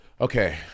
okay